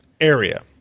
area